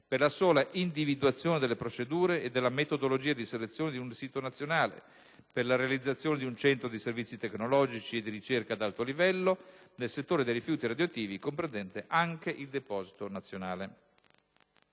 per la sola individuazione delle procedure e della metodologia di selezione di un sito nazionale per la realizzazione di un centro di servizi tecnologici e di ricerca ad alto livello nel settore dei rifiuti radioattivi, comprendente anche il deposito nazionale.